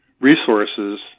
resources